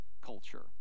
culture